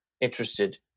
interested